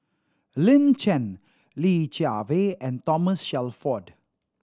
Lin Chen Li Jiawei and Thomas Shelford